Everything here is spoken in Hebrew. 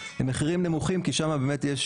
מחירים נמוכים כי שם באמת יש